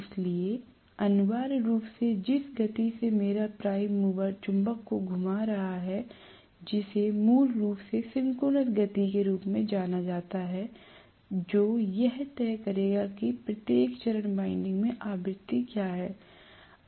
इसलिए अनिवार्य रूप से जिस गति से मेरा प्राइम मूवर चुंबक को घुमा रहा है जिसे मूल रूप से सिंक्रोनस गति के रूप में जाना जाता है जो यह तय करेगा कि प्रत्येक चरण वाइंडिंग में आवृत्ति क्या है